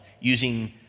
using